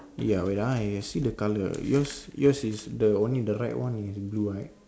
ya wait ah I see the colour yours yours is the only the right one is blue right